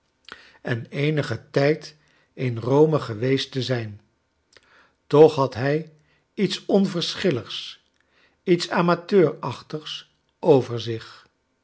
en eenigen tijd in rome geweest te zijn toch had hij iets onverschilligs iets amateur achtigs